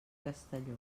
castelló